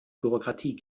bürokratie